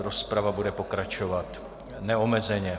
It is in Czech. Rozprava bude pokračovat neomezeně.